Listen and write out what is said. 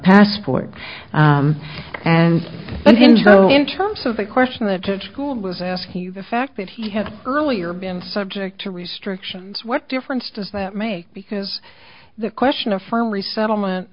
passport and in terms of the question that school was asking you the fact that he had earlier been subject to restrictions what difference does that make because the question of for resettlement